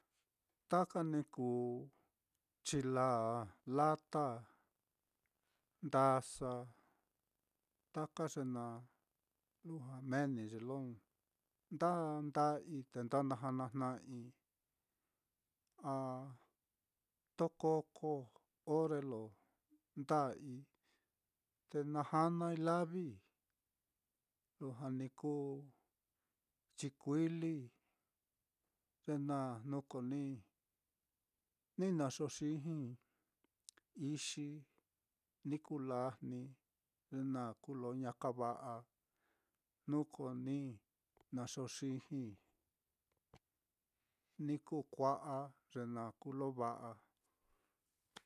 Taka ni kuu chilaa, lata, ndasataka ye na lujua meeni ye lo nda nda'yii te nda nanijna'ai, a tokoko ore lo nda'yii te najanai lavi, lujua ni kuu chikuili, ye naá ko jnu ni na jo xijii ixi ni kuu lajni, ye naá kuu lo ña kava'a, jnu ko ni na joxijii, ni kuu kua'a, ye naá kuu lo va'a.